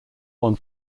one